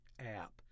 app